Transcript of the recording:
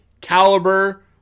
caliber